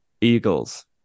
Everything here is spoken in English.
Eagles